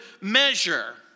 measure